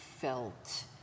felt